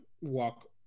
walk